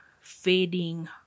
fading